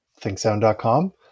ThinkSound.com